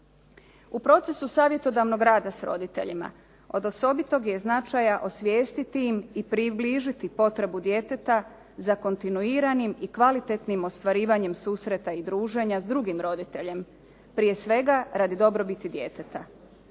U procesu savjetodavnog rada s roditeljima od osobitog je značaja osvijestiti im i približiti potrebu djeteta za kontinuiranim i kvalitetnim ostvarivanjem susreta i druženja s drugim roditeljem. Prije svega radi dobrobiti djeteta.